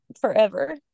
forever